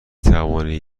توانید